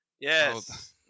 Yes